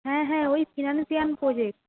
হ্যাঁ হ্যাঁ ওই C one C one project